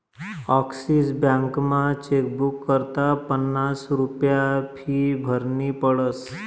Axis बॅकमा chequebook करता पन्नास रुप्या फी भरनी पडस